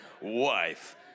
Wife